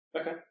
Okay